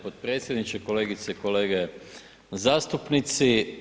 potpredsjedniče, kolegice i kolege zastupnici.